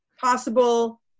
possible